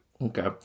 okay